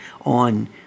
on